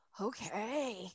okay